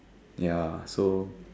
ya so